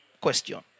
question